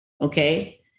okay